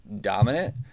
dominant